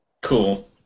Cool